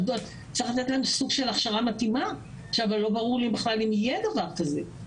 צריך לתת להן סוג של הכשרה מתאימה ולא ברור לי בכלל אם יהיה דבר כזה.